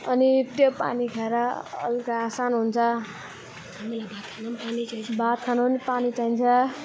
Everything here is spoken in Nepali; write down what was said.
अनि त्यो पानी खाएर हल्का सानो हुन्छ भात खानु पनि चाहिन्छ